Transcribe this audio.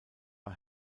war